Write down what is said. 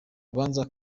rubanza